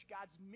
God's